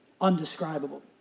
undescribable